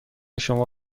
شما